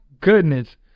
goodness